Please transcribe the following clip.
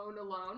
alone